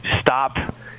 stop